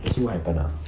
so what happen ah